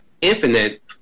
infinite